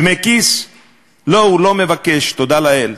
דמי כיס, לא, הוא לא מבקש, תודה לאל.